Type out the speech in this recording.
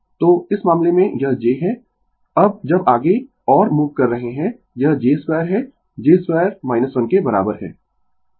तो इस मामले में यह j है अब जब आगें और मूव कर रहे है यह j 2 है j 2 - 1 के बराबर है